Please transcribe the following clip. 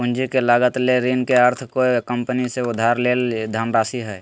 पूंजी के लागत ले ऋण के अर्थ कोय कंपनी से उधार लेल धनराशि हइ